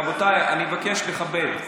רבותיי, אני מבקש לכבד.